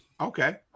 Okay